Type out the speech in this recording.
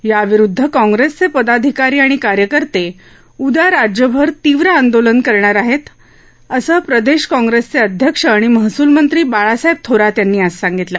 याविरूदध काँग्रेसचे पदाधिकारी आणि कार्यकर्ते उद्या राज्यभर तीव्र आंदोलन करणार आहेत असं महाराष्ट्र प्रदेश काँग्रेसचे अध्यक्ष आणि महसूलमंत्री बाळासाहेब थोरात यांनी आज सांगितलं